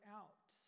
out